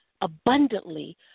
abundantly